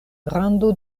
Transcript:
grando